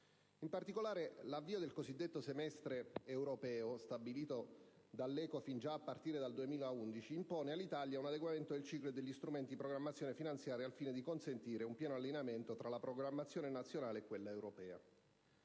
In particolare, l'avvio del cosiddetto semestre europeo, stabilito dall'ECOFIN già a partire dal 2011 impone all'Italia un adeguamento del ciclo e degli strumenti di programmazione finanziaria al fine di consentire un pieno allineamento tra la programmazione nazionale e quella europea.